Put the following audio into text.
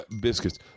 biscuits